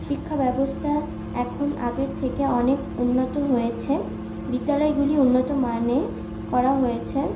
শিক্ষাব্যবস্থা এখন আগের থেকে অনেক উন্নত হয়েছে বিদ্যালয়গুলি উন্নত মানের করা হয়েছে